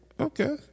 Okay